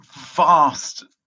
vast